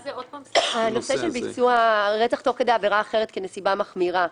מדובר על נושא של ביצוע רצח תוך כדי עבירה אחרת כנסיבה מחמירה.